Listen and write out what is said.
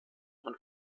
und